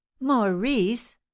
Maurice